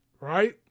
Right